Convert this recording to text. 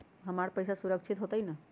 हमर पईसा सुरक्षित होतई न?